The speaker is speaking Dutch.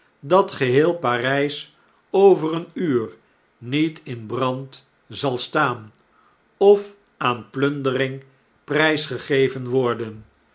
dat geheel p a r y s over een uiir niet in brand zal staan of aan plundering prijs geeven worden